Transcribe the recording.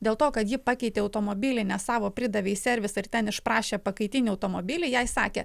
dėl to kad ji pakeitė automobilį ne savo pridavė į servisą ir ten išprašė pakaitinį automobilį jai sakė